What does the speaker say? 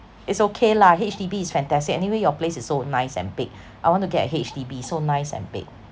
it's okay lah H_D_B is fantastic anyway your place is so nice and big I want to get a H_D_B so nice and big